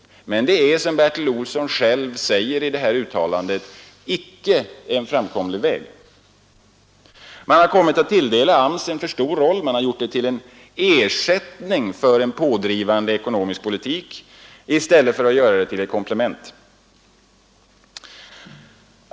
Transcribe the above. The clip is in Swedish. Det är, som Bertil Olsson själv säger i detta uttalande, icke en framkomlig . Man har tilldelat AMS en för stor roll, man har gjort AMS till en ersättning för en pådrivande ekonomisk politik i stället för ett komplement.